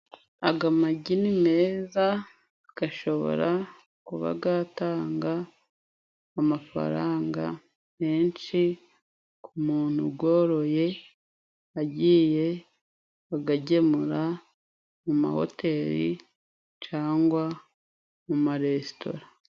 Aga magi ni meza ,gashobora kuba gatanga amafaranga menshi ku muntu ugoroye, agiye agagemura mu mahoteri cyangwa mumaresitora.